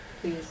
Please